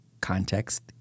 context